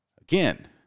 Again